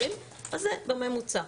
אז זה בממוצע.